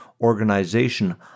organization